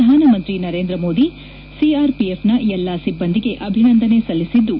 ಪ್ರಧಾನ ಮಂತ್ರಿ ನರೇಂದ್ರ ಮೋದಿ ಸಿಆರ್ಪಿಎಫ್ನ ಎಲ್ಲಾ ಸಿಬ್ಲಂದಿಗೆ ಅಭಿನಂದನೆ ಸಲ್ಲಿಸಿದ್ದು